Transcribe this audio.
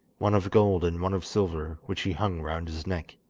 one of gold and one of silver, which she hung round his neck.